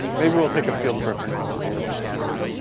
maybe we'll take a field trip and come see her when she's working